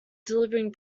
delivering